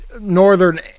northern